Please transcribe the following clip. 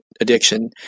addiction